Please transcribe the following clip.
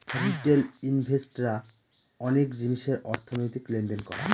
retail invest রা অনেক জিনিসের অর্থনৈতিক লেনদেন করা